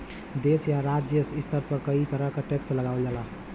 देश या राज्य स्तर पर कई तरह क टैक्स लगावल जाला